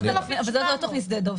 אבל זו לא תוכנית שדה דב.